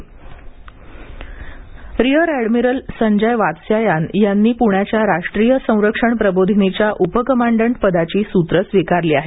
NDA rear admiral Sanjay Vatsayan यांनी पुण्याच्या राष्ट्रीय संरक्षण प्रबोधिनी च्या उप कमांडंट पदाची सूत्रे स्वीकारली आहेत